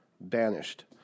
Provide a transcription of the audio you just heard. banished